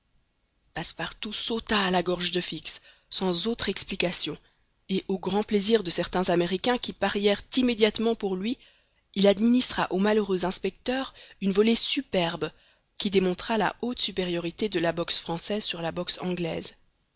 passepartout sauta à la gorge de fix sans autre explication et au grand plaisir de certains américains qui parièrent immédiatement pour lui il administra au malheureux inspecteur une volée superbe qui démontra la haute supériorité de la boxe française sur la boxe anglaise